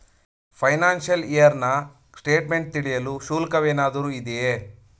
Financial year ನ statement ತಿಳಿಯಲು ಶುಲ್ಕವೇನಾದರೂ ಇದೆಯೇ?